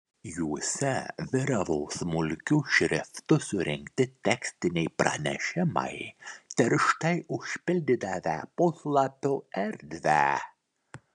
juose vyravo smulkiu šriftu surinkti tekstiniai pranešimai tirštai užpildydavę puslapio erdvę